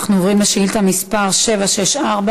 אנחנו עוברים לשאילתה מס' 764,